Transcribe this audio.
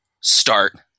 start